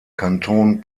kanton